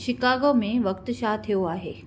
Chicago में वक़्तु छा थियो आहे